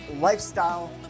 lifestyle